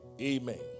amen